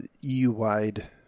EU-wide